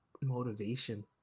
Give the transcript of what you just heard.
motivation